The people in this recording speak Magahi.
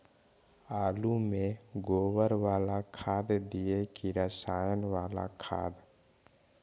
आलु में गोबर बाला खाद दियै कि रसायन बाला खाद?